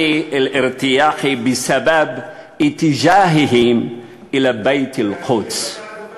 אל-ארתיאח בסבב אתג'אההם אלא בית אל-מקדס." מאשרים,